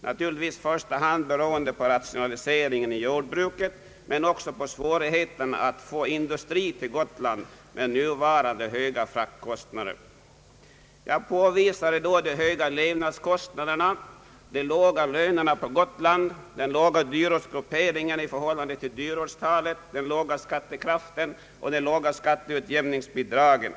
Naturligtvis beror detta i första hand på rationaliseringen av jordbruket, men också på svårigheten att med hänsyn till nuvarande höga fraktkostnader få industri till Gotland. Jag påtalade i höstas de höga levnadskostnaderna, de låga lönerna på Gotland, den låga dyrortsgrupperingen i förhållande till dyrortstalet, den dåliga skattekraften och de låga skatteutjämningsbidragen.